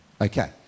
Okay